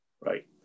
Right